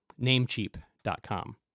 namecheap.com